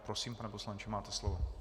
Prosím, pane poslanče, máte slovo.